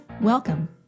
Welcome